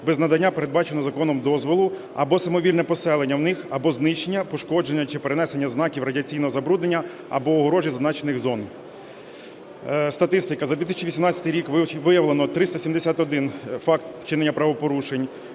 без надання передбаченого законом дозволу або самовільне поселення у них, або знищення, пошкодження чи перенесення знаків радіаційного забруднення або огорожі зазначених зон. Статистика. За 2018 рік виявлено 371 факт вчинення правопорушень,